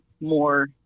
more